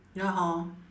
ya hor